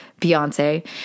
Beyonce